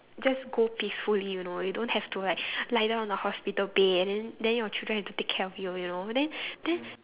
just go peacefully you know you don't have to like lie down on the hospital bed and then then your children have to take care of you you know then then